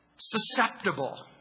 susceptible